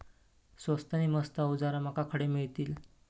स्वस्त नी मस्त अवजारा माका खडे मिळतीत?